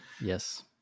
Yes